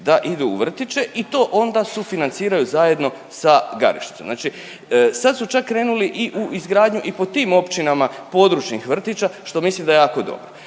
da idu u vrtiće i to onda sufinanciraju zajedno sa Garešnicom. Znači, sad su čak krenuli i u izgradnju i po tim općinama područnih vrtića što mislim da je jako dobro.